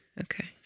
okay